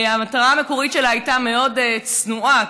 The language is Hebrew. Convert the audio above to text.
המטרה המקורית שלה הייתה מאוד צנועה,